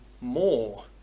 more